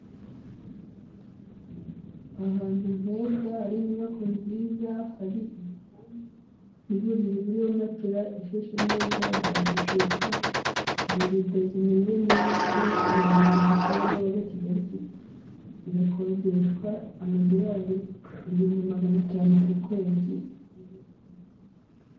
Ahantu heza hari inyubako nziza, hari igitanda n'uburiri buriho matera ishashe neza, hari amashuka, hari rido zimeze neza, iherereye Kibagabaga, Kigali city irakodeshwa amadolari igihumbi magana atanu ku kwezi, iri mu Rwanda.